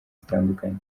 zitandukanye